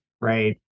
right